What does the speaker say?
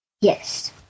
Yes